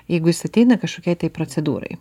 jeigu jis ateina kažkokiai tai procedūrai